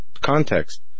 context